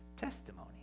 testimony